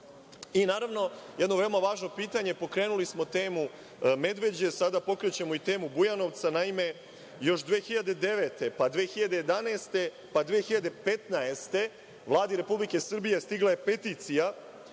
sredstva. Naravno, jedno veoma važno pitanje, pokrenuli smo temu Medveđe, sada pokrećemo i temu Bujanovca. Naime, još 2009, pa 2011, pa 2015. godine Vladi Republike Srbije stigla je peticija